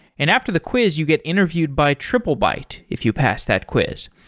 and after the quiz you get interviewed by triplebyte if you pass that quiz.